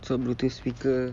some bluetooth speaker